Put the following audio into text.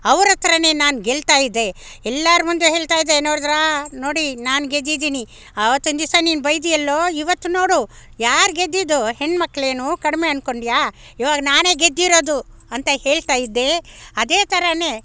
ಅವರತ್ರವೇ ನಾನು ಗೆಲ್ತಾ ಇದ್ದೆ ಎಲ್ಲರ ಮುಂದೆ ಹೇಳ್ತಾ ಇದ್ದೆ ನೋಡಿದ್ರಾ ನೋಡಿ ನಾನು ಗೆದ್ದಿದ್ದೀನಿ ಆವತ್ತಿನ ದಿವಸ ನೀನು ಬೈದೆಯಲ್ಲೋ ಇವತ್ತು ನೋಡು ಯಾರು ಗೆದ್ದಿದ್ದು ಹೆಣ್ಮಕ್ಳೇನು ಕಡಿಮೆ ಅಂದ್ಕೊಂಡ್ಯಾ ಇವಾಗ ನಾನೇ ಗೆದ್ದಿರೋದು ಅಂತ ಹೇಳ್ತಾ ಇದ್ದೆ ಅದೇ ಥರವೇ